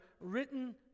written